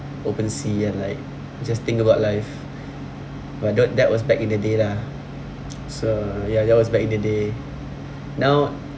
open sea and like just think about life but that that was back in the day lah so ya that was back in the day now